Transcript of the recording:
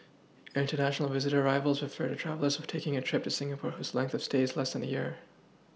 international visitor arrivals refer to travellers taking a trip to Singapore whose length of stay is less than a year